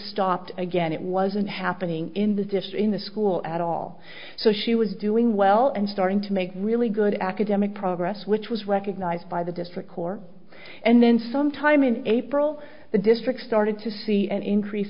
stopped again it wasn't happening in the dish in the school at all so she was doing well and starting to make really good academic progress which was recognized by the district court and then sometime in april the district started to see an increase